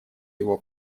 его